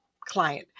client